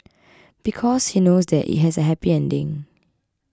because he knows that it has a happy ending